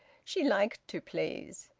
she liked to please.